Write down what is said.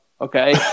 Okay